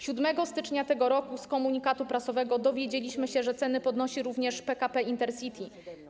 7 stycznia tego roku z komunikatu prasowego dowiedzieliśmy się, że ceny podnosi również PKP Intercity.